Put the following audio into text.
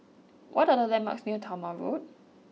what are the landmarks near Talma Road